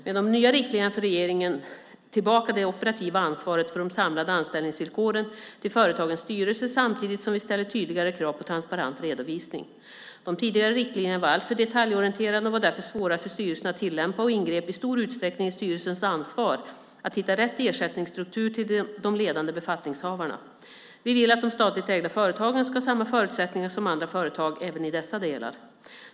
Med de nya riktlinjerna för regeringen tillbaka det operativa ansvaret för de samlade anställningsvillkoren till företagens styrelser, samtidigt som vi ställer tydligare krav på transparent redovisning. De tidigare riktlinjerna var alltför detaljorienterade och var därför svåra för styrelserna att tillämpa och ingrep i stor utsträckning i styrelsens ansvar att hitta rätt ersättningsstruktur till de ledande befattningshavarna. Vi vill att de statligt ägda företagen ska ha samma förutsättningar som andra företag även i dessa delar.